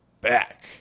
back